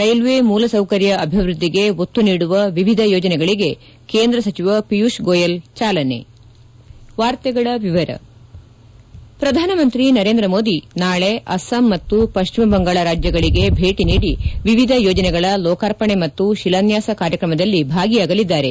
railway ಮೂಲ ಸೌಕರ್ಯ ಅಭಿವೃದ್ಧಿಗೆ ಒತ್ತು ನೀಡುವ ವಿವಿಧ ಯೋಜನೆಗಳಿಗೆ ಕೇಂದ್ರ ಸಚಿವ ಪಿಯೂಷ್ ಗೋಯಲ್ ಚಾಲನೆ ಪ್ರಧಾನಮಂತ್ರಿ ನರೇಂದ್ರ ಮೋದಿ ನಾಳೆ ಅಸ್ಲಾಂ ಮತ್ತು ಪಶ್ಚಿಮ ಬಂಗಾಳ ರಾಜ್ವಗಳಿಗೆ ಭೇಟಿ ನೀಡಿ ವಿವಿಧ ಯೋಜನೆಗಳ ಲೋಕಾರ್ಪಣೆ ಮತ್ತು ಶಿಲಾನ್ಯಾಸ ಕಾರ್ಯಕ್ರಮದಲ್ಲಿ ಭಾಗಿಯಾಗಲಿದ್ದಾರೆ